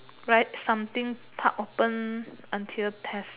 write something park open until test